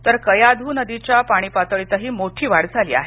तर कयाधू नदीच्या पाणी पातळीतही मोठी वाढ झाली आहे